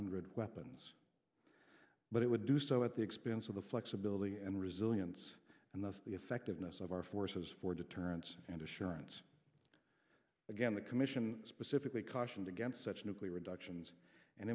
hundred weapons but it would do so at the expense of the flexibility and resilience and thus the effectiveness of our forces for deterrence and assurance again the commission specifically cautioned against such nuclear inductions and